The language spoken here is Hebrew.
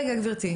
לא, רגע, גברתי.